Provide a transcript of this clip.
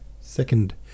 Second